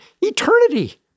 eternity